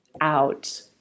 out